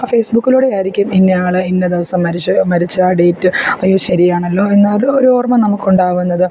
ആ ഫേസ്ബുക്കിലൂടെയായിരിക്കും ഇന്നയാൾ ഇന്ന ദിവസം മരിച്ചു മരിച്ച ഡേറ്റ് അയ്യോ ശരിയാണല്ലോ എന്നാലും ഒരു ഓർമ്മ നമുക്ക് ഉണ്ടാകുന്നത്